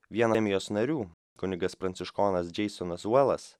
vienam jos narių kunigas pranciškonas džeisonas velas